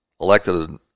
elected